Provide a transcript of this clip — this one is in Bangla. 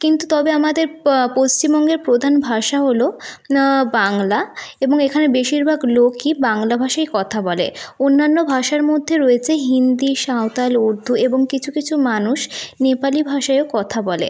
কিন্তু তবে আমাদের পশ্চিমবঙ্গের প্রধান ভাষা হল বাংলা এবং এখানে বেশিরভাগ লোকই বাংলা ভাষায় কথা বলে অন্যান্য ভাষার মধ্যে রয়েছে হিন্দি সাঁওতাল উর্দু এবং কিছু কিছু মানুষ নেপালি ভাষায়ও কথা বলে